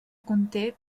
conté